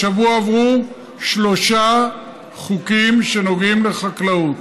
השבוע עברו שלושה חוקים שנוגעים לחקלאות: